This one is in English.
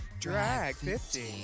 Drag50